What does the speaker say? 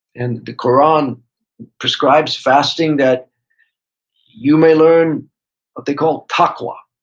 and the koran prescribes fasting that you may learn what they call taqwa.